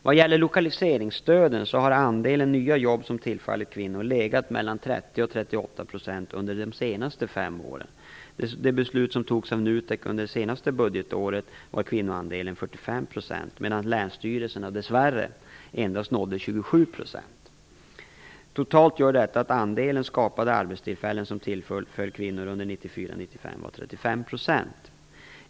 Vad gäller lokaliseringsstöden har andelen nya jobb som tillfallit kvinnor legat mellan 30 och 38 % under de senaste fem åren. När det gäller de beslut som fattades av NUTEK 1994 95 var 35 %.